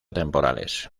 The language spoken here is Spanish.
temporales